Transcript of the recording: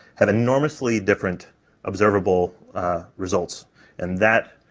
have enormously different observable results and that,